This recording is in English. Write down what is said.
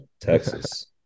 Texas